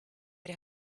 had